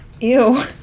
Ew